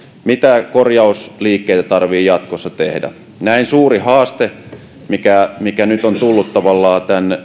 mitä korjausliikkeitä tarvitsee jatkossa tehdä näin suuri haaste mikä mikä nyt on tullut tavallaan